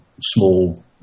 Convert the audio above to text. small